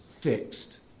fixed